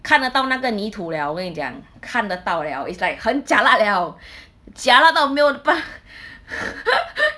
看得到那个泥土 liao 我跟你讲看得到 liao it's like 很 jialat liao jialat 到没有办